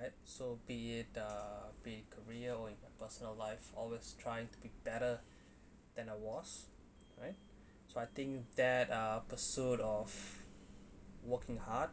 right so be the be career or my personal life always trying to be better than I was right so I think that uh pursuit of working hard